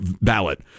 ballot